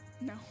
No